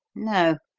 no,